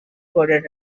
coded